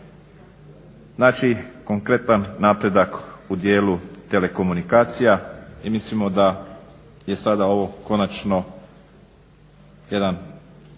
Znači, konkretan napredak u dijelu telekomunikacija. I mislimo da je sada ovo konačno jedan